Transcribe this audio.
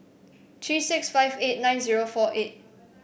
three six five eight nine zero four eight